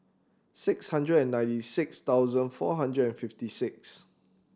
six hundred and ninety six thousand four hundred and fifty six